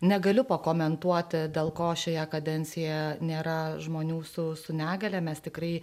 negaliu pakomentuoti dėl ko šioje kadencijoje nėra žmonių su su negalia mes tikrai